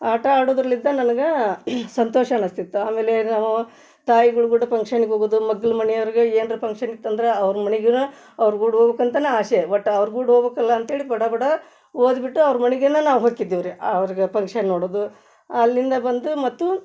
ಆಟ ಆಡುದರಲ್ಲಿದ್ದ ನನ್ಗೆ ಸಂತೋಷ ಅನಿಸ್ತಿತ್ತು ಆಮೇಲೆ ನಾವು ತಾಯಿಗಳು ಗೂಟ ಫಂಕ್ಷನಿಗೆ ಹೋಗುವುದು ಮಗ್ಲ ಮನಿಯರ್ಗೆ ಏನರ ಫಂಕ್ಷನ್ ಇತ್ತಂದ್ರೆ ಅವ್ರ ಮನೆಗಿನ ಅವ್ರ ಗೂಡ್ ಹೋಗ್ಬೇಕಂತನೂ ಆಸೆ ಒಟ್ಟು ಅವ್ರ ಗೂಡ್ ಹೋಬೇಕಲ್ಲ ಅಂತ್ಹೇಳಿ ಬಡ ಬಡ ಓದಿಬಿಟ್ಟು ಅವ್ರ ಮನೆಗೆನ ನಾ ಹೊಕ್ಕಿದ್ದೇವು ರೀ ಅವ್ರ್ಗೆ ಫಂಕ್ಷನ್ ನೋಡೋದು ಅಲ್ಲಿಂದ ಬಂದು ಮತ್ತೆ